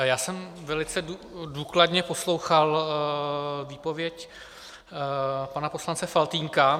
Já jsem velice důkladně poslouchal výpověď pana poslance Faltýnka.